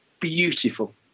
Beautiful